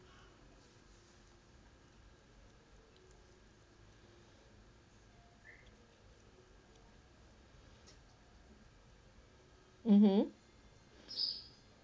mmhmm